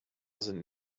sind